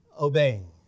obeying